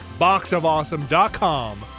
boxofawesome.com